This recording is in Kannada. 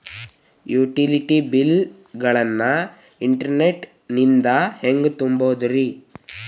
ಯುಟಿಲಿಟಿ ಬಿಲ್ ಗಳನ್ನ ಇಂಟರ್ನೆಟ್ ನಿಂದ ಹೆಂಗ್ ತುಂಬೋದುರಿ?